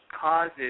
causes